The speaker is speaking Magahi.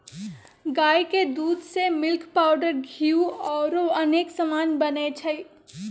गाई के दूध से मिल्क पाउडर घीउ औरो अनेक समान बनै छइ